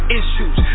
issues